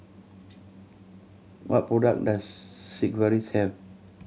what product does Sigvaris have